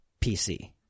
PC